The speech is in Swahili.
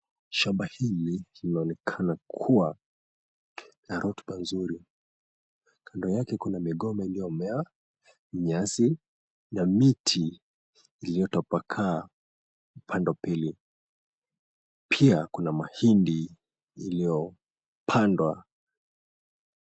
Shamba hili linaonekana kua na rotuba nzuri. Kando yake kuna migomba iliyomea, nyasi na miti iliyotapakaa upande wa pili, pia kuna mahindi iliyopandwa.